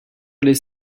les